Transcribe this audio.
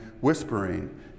whispering